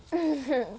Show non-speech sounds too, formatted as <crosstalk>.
<laughs>